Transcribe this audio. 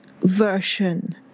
version